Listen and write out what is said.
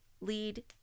lead